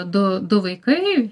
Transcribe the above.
du du vaikai